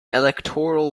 electoral